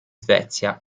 svezia